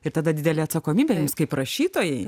ir tada didelė atsakomybė kaip rašytojai